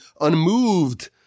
unmoved